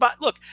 Look